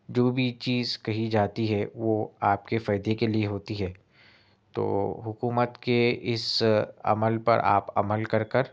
جو بھی چیز کہی جاتی ہے وہ آپ کے فائدہ کے لیے ہوتی ہے تو حکومت کے اس عمل پر آپ عمل کر کر